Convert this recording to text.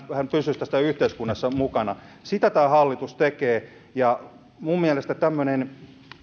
hän pysyisi tässä yhteiskunnassa mukana sitä tämä hallitus tekee minun mielestäni tämmöinen